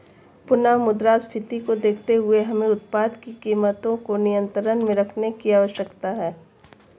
पुनः मुद्रास्फीति को देखते हुए हमें उत्पादों की कीमतों को नियंत्रण में रखने की आवश्यकता है